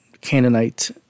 Canaanite